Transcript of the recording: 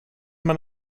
med